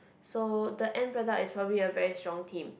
so the end product is probably a very strong team